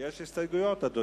יש הסתייגויות, אדוני.